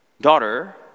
Daughter